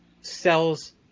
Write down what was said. sells